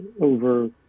over